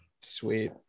Sweet